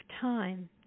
time